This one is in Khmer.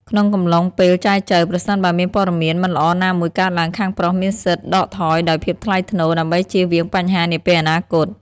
ក្នុងកំឡុងពេលចែចូវ ប្រសិនបើមានព័ត៌មានមិនល្អណាមួយកើតឡើង ខាងប្រុសមានសិទ្ធិដកថយដោយភាពថ្លៃថ្នូរ ដើម្បីចៀសវាងបញ្ហានាពេលអនាគត។